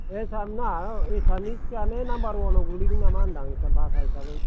एसामना एसामिसयानो नाम्बार वानआव गोलैदों नामा होनदां एसाम भाषा हिसाबै